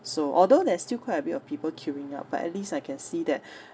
so although there's still quite a bit of people queuing up but at least I can see that